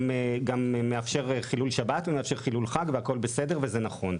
מאפשר חילול שבת וחילול חג והכל בסדר ונכון.